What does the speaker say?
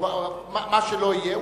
או מה שלא יהיה,